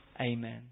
Amen